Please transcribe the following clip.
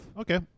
Okay